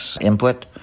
input